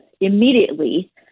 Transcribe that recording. immediately